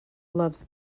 loves